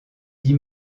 dix